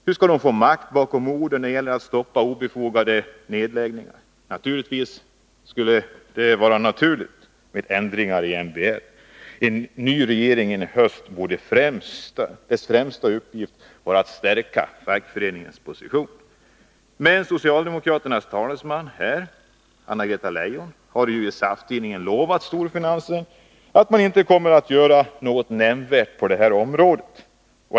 Hur skall den få makt bakom orden när det gäller att stoppa obefogade nedläggningar? Det skulle vara naturligt med ändringar i MBL. Den främsta uppgiften för en ny regering i höst borde vara att stärka fackföreningarnas position. Men socialdemokraternas talesman här, Anna-Greta Leijon, har i SAF-tidningen lovat storfinansen att man inte kommer att göra något nämnvärt på detta område.